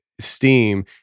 steam